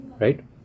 right